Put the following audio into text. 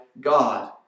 God